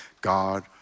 God